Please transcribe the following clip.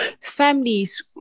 families